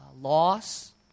loss